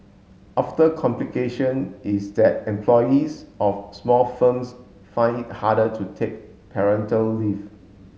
after complication is that employees of small firms find it harder to take parental leave